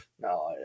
No